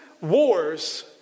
wars